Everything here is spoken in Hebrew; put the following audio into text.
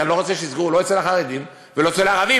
כי אני לא רוצה שיסגרו לא אצל החרדים ולא אצל הערבים.